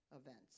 events